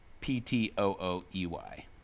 P-T-O-O-E-Y